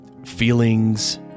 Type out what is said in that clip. feelings